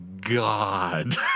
God